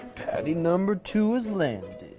patty number two has landed.